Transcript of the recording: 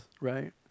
right